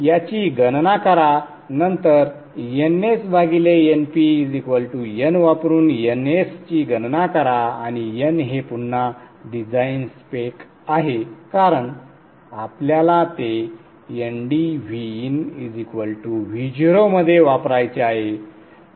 याची गणना करा नंतर NsNpn वापरून Ns ची गणना करा आणि n हे पुन्हा डिझाइन स्पेक आहे कारण आपल्याला ते nd VinVo मध्ये वापरायचे आहे